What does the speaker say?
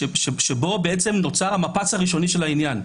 שבו נוצר המפץ הראשוני של העניין.